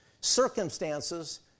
circumstances